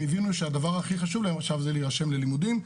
הם הבינו שהדבר הכי חשוב להם עכשיו זה להירשם ללימודים,